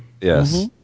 Yes